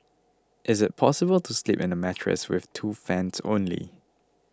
is it possible to sleep in a mattress with two fans only